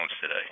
today